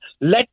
let